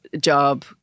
job